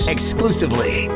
Exclusively